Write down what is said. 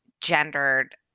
gendered